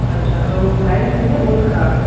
अच्छा तो लाइन सही है बोर्ड ख़राब है